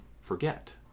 forget